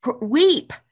weep